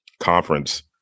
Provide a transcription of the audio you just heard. conference